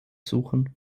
suchen